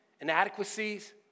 inadequacies